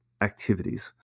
activities